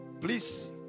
please